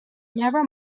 never